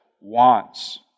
wants